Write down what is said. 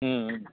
ம் ம்